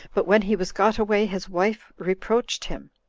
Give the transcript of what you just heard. but when he was got away, his wife reproached him,